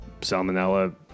salmonella